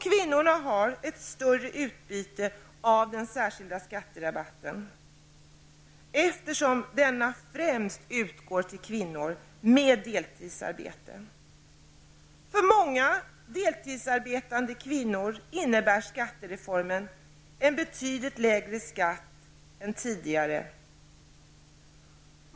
Kvinnorna får ett större utbyte av den särskilda skatterabatten, eftersom denna främst utgår till kvinnor som har deltidsarbete. För många deltidsarbetande kvinnor innebär skattereformen en betydligt lägre skatt än tidigare.